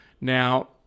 Now